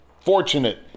fortunate